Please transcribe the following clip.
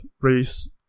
race